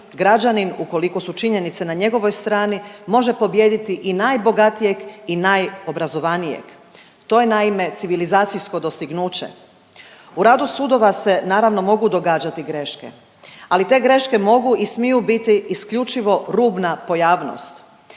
građanin ukoliko su činjenice na njegovoj strani može pobijediti i najbogatijeg i najobrazovanijeg, to je naime civilizacijsko dostignuće. U radu sudova se naravno mogu događati greške, ali te greške mogu i smiju biti isključivo rubna pojavnost.